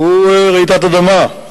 הוא רעידת אדמה,